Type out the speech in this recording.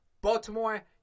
Baltimore